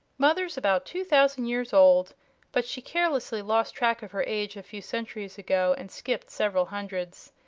mother's about two thousand years old but she carelessly lost track of her age a few centuries ago and skipped several hundreds.